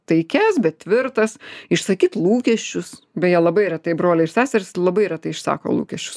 taikias bet tvirtas išsakyt lūkesčius beje labai retai broliai ir seserys labai retai išsako lūkesčius